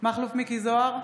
מכלוף מיקי זוהר,